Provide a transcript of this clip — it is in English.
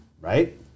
right